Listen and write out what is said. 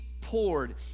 poured